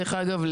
דרך אגב,